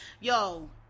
yo